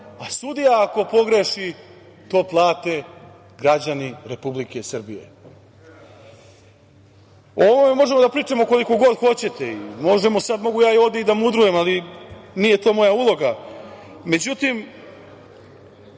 a sudija ako pogreši, to plate građani Republike Srbije.O ovome možemo da pričamo koliko god hoćete i mogu ja ovde i da mudrujem, ali nije to moja